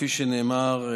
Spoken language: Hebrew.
כפי שנאמר,